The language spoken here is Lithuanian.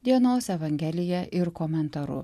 dienos evangelija ir komentaru